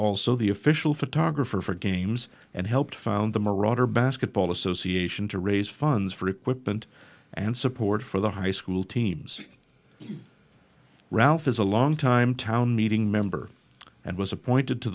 also the official photographer for games and helped found the marauder basketball association to raise funds for equipment and support for the high school teams ralph is a long time town meeting member and was appointed to